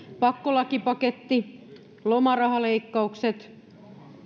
pakkolakipaketti lomarahaleikkaukset